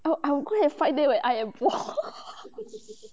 I I will go and fight them eh I am war